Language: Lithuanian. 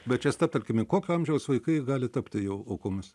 bet čia stabtelkime kokio amžiaus vaikai gali tapti jau aukomis